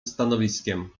stanowiskiem